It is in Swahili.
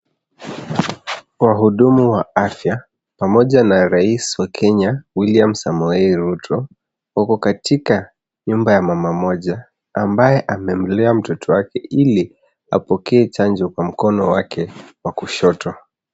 Wahudumu wa afya pamoja na rais wa Kenya, William Samoei Ruto, wako katika nyumba ya mama mmoja ambaye amemlea mtoto wake ili apokee chanjo kwa mkono wake wa kushoto.